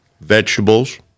vegetables